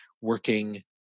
working